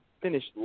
finished